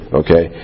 okay